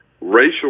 racial